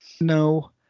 No